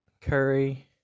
Curry